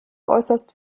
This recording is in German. äußerst